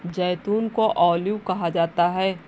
जैतून को ऑलिव कहा जाता है